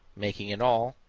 making in all,